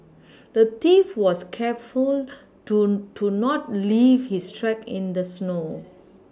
the thief was careful to to not leave his tracks in the snow